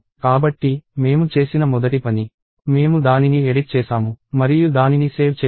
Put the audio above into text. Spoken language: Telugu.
కాబట్టి మేము చేసిన మొదటి పని మేము దానిని ఎడిట్ చేసాము మరియు దానిని సేవ్ చేసాము